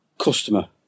customer